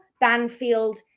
Banfield